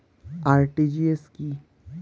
RTGS কি?